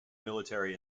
military